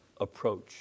approach